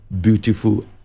beautiful